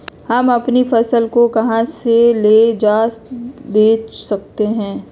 हम अपनी फसल को कहां ले जाकर बेच सकते हैं?